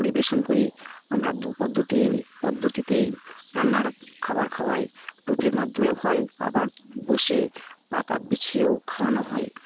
পরিবেশন করি আমরা দু পদ্ধতি পদ্ধতিতেই রান্নার খাবার খাওয়াই বুফের মাধ্যমেও হয় আবার বসে পাতা বিছিয়েও খাওয়ানো হয়